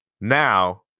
Now